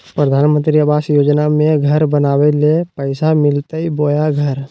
प्रधानमंत्री आवास योजना में घर बनावे ले पैसा मिलते बोया घर?